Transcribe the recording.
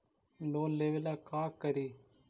Loan लेबे ला का करि?